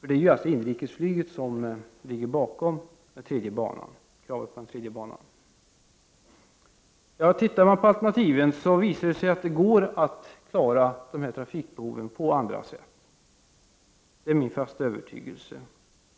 Det är inrikesflyget som ligger bakom kravet på en tredje bana. Det visar sig att det finns alternativ för att klara dessa trafikbehov. Det är min fasta övertygelse.